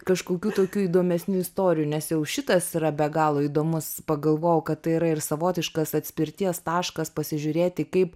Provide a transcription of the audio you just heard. kažkokių tokių įdomesnių istorijų nes jau šitas yra be galo įdomus pagalvojau kad tai yra ir savotiškas atspirties taškas pasižiūrėti kaip